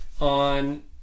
on